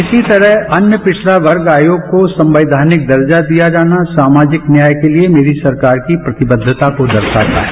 इसी तरह अन्य पिछड़ा वर्ग आयोग को संवैधानिक दर्जा दिया जाना सामाजिक न्याय के लिए मेरी सरकार की प्रतिबद्धता को दर्शाता है